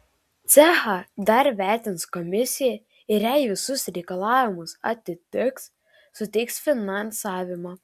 cechą dar vertins komisija ir jei visus reikalavimus atitiks suteiks finansavimą